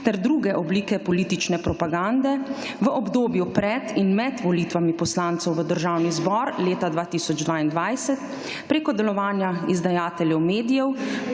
ter druge oblike politične propagande v obdobju pred in med volitvami poslancev v Državni zbor leta 2022 preko delovanja izdajateljev medijev